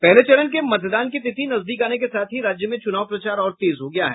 पहले चरण के मतदान की तिथि नजदीक आने के साथ ही राज्य में चुनाव प्रचार और तेज हो गया है